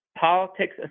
politics